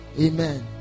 amen